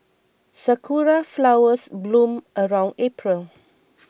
sakura flowers bloom around April